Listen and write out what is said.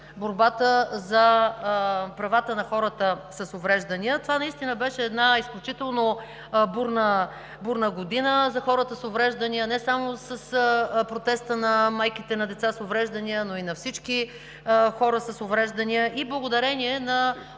борбата за правата на хората с увреждания. Това наистина беше една изключително бурна година за хората с увреждания – не само с протеста на майките на деца с увреждания, но и на всички хора с увреждания. Благодарение на